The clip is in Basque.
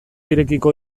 irekiko